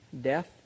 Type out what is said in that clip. death